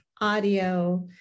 audio